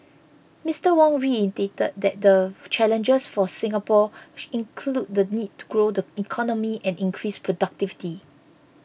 Mister Wong reiterated that the challenges for Singapore include the need to grow the economy and increase productivity